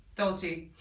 dolce.